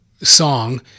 song